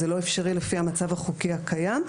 זה לא אפשרי לפי המצב החוקי הקיים,